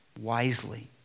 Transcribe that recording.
wisely